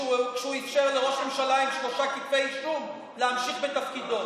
כשהוא אפשר לראש ממשלה עם שלושה כתבי אישום להמשיך בתפקידו.